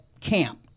camp